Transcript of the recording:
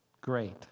great